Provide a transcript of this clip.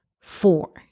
four